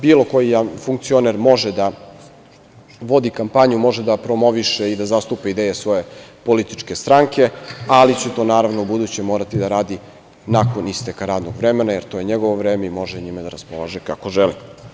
Bilo koji funkcioner može da vodi kampanju, može da promoviše i zastupa ideje svoje političke stranke, ali će to buduće morati da radi nakon isteka radnog vremena, jer to je njegovo vreme i može njime da raspolaže kako želi.